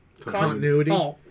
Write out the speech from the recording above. Continuity